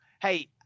hey